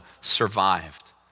survived